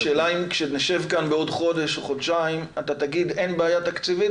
השאלה אם כשנשב כאן בעוד חודש או חודשיים אתה תגיד שאין בעיה תקציבית,